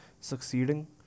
succeeding